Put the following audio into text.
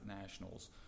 nationals